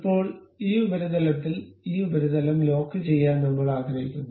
ഇപ്പോൾ ഈ ഉപരിതലത്തിൽ ഈ ഉപരിതലം ലോക്കുചെയ്യാൻ നമ്മൾ ആഗ്രഹിക്കുന്നു